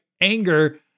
anger